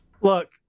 Look